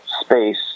space